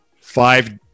five